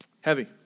Heavy